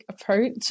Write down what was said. Approach